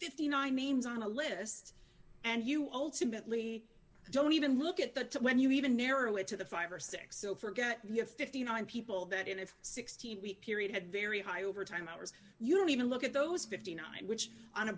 fifty nine means on a list and you ultimately don't even look at the time when you even narrow it to the five or six so forget you have fifty nine people that in a sixteen week period had very high overtime hours you don't even look at those fifty nine which on a